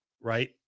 right